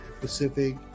pacific